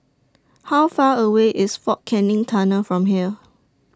How Far away IS Fort Canning Tunnel from here